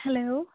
hello